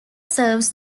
serves